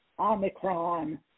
Omicron